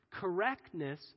Correctness